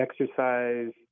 exercise